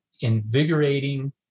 invigorating